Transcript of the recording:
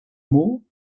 mot